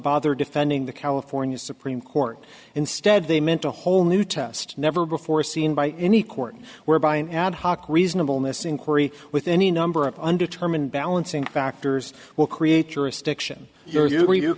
bother defending the california supreme court instead they meant a whole new test never before seen by any court whereby an ad hoc reasonable miss inquiry with any number of undetermined balancing factors will create jurisdiction your